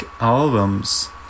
albums